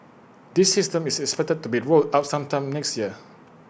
this system is expected to be rolled out sometime next year